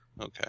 okay